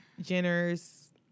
Jenner's